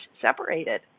separated